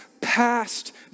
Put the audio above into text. past